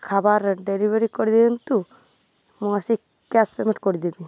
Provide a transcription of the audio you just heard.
ଖାଇବାର୍ ଡେଲିଭରି କରିଦିଅନ୍ତୁ ମୁଁ ଆସି କ୍ୟାସ୍ ପେମେଣ୍ଟ କରିଦେବି